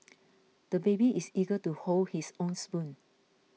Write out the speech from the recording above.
the baby is eager to hold his own spoon